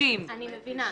60. אני מבינה.